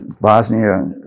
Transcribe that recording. Bosnia